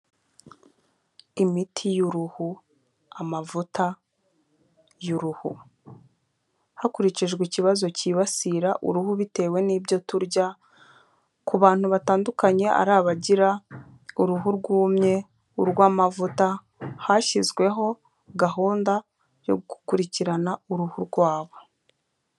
Imiti y'uruhu, amavuta y'uruhu. Hakurikijwe ikibazo cyibasira uruhu bitewe n'ibyo turya, ku bantu batandukanye ari abagira uruhu rwumye, urw'amavuta, hashyizweho gahunda yo gukurikirana uruhu rwabo.